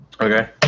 Okay